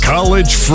College